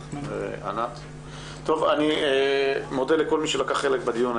אני מודה לכל מי שלקח חלק בדיון.